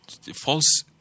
false